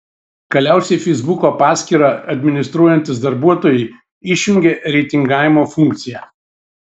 galiausiai feisbuko paskyrą administruojantys darbuotojai išjungė reitingavimo funkciją